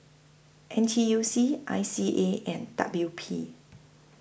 N T U C I C A and W P